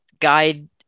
guide